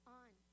on